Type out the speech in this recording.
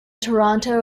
toronto